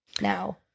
now